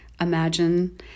imagine